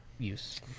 Use